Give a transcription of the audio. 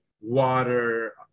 water